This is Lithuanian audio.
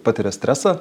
patiria stresą